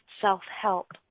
self-help